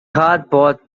cardboard